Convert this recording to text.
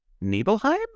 Nibelheim